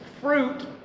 fruit